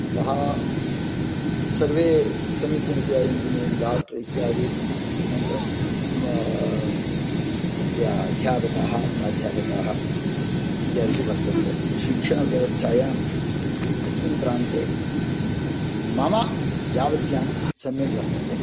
अतः सर्वे समीचीनतया इञ्जिनियरिङ्ग् डाक्टर् इत्यादि अनन्तरं तत्य अध्यापकाः प्राध्यापकाः इत्यादिषु वर्तन्ते शिक्षणव्यवस्थायाम् अस्मिन् प्रान्ते मम यावज्ज्ञानं सम्यक् वर्तते